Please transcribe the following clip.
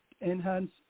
enhance